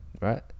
Right